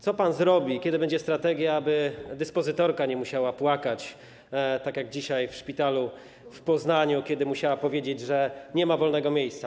Co pan zrobi, kiedy będzie strategia, aby dyspozytorka nie musiała płakać, tak jak dzisiaj w szpitalu w Poznaniu, kiedy musiała powiedzieć, że nie ma wolnego miejsca?